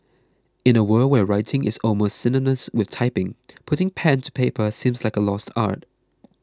in a world where writing is almost synonymous with typing putting pen to paper seems like a lost art